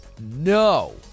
no